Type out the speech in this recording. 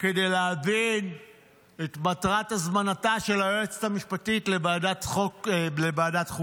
כדי להבין את מטרת הזמנתה של היועצת המשפטית לוועדת חוקה.